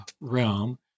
realm